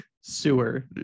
sewer